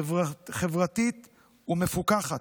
חברתית ומפוקחת.